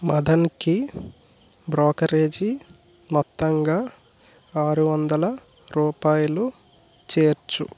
మదన్కి brokerage మొత్తంగా ఆరు వందల రూపాయలు చేర్చు